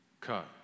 Cut